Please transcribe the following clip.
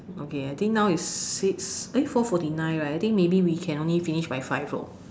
okay I think it's six four forty nine right I think maybe we can only finish by five